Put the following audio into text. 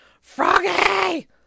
Froggy